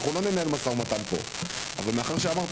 אנחנו לא ננהל משא ומתן פה אבל מאחר ואמרת